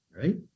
right